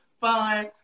fun